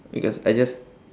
because I just